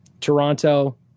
Toronto